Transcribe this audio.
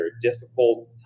difficult